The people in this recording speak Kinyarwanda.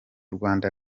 rwanda